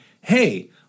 hey